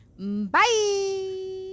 bye